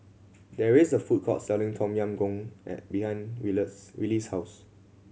there is a food court selling Tom Yam Goong and behind Wylie's house